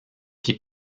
qui